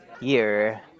year